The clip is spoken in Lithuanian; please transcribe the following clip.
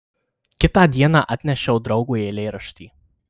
kitą dieną atnešiau draugui eilėraštį